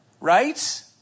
Right